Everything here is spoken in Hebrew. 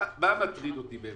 מה מטריד אותי?